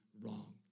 wrong